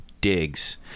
digs